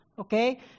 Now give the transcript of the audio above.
Okay